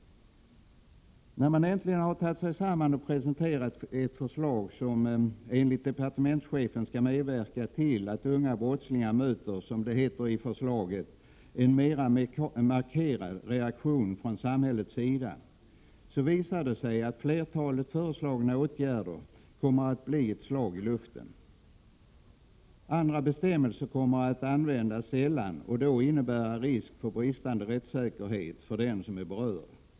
När man äntligen har tagit sig samman och presenterat ett förslag som enligt departementschefen skall medverka till att unga brottslingar möter — som det heter i förslaget — en mera markerad reaktion från samhällets sida, så visar det sig att flertalet föreslagna åtgärder kommer att bli ett slag i luften. Andra bestämmelser kommer att användas sällan och då innebära risk för brist på rättssäkerhet för den det berör.